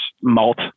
malt